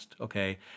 Okay